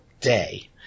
day